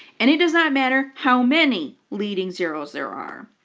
and it does not matter how many leading zeroes there are,